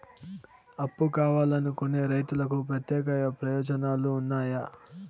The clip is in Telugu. అప్పు కావాలనుకునే రైతులకు ప్రత్యేక ప్రయోజనాలు ఉన్నాయా?